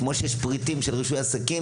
כמו שיש פריטים של רישוי עסקים,